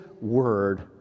word